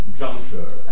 juncture